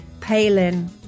Palin